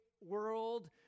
world